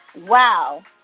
wow.